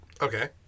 Okay